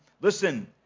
listen